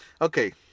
Okay